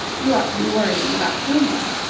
you ought to be worrying about fillmore.